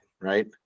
right